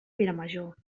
vilamajor